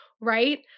Right